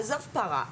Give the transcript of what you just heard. עזוב פרה,